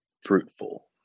fruitful